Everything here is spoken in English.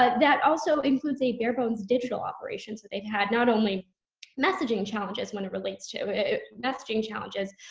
but that also includes a bare bones digital operations that they've had not only messaging challenges when it relates to messaging challenges